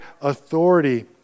authority